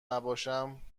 نباشم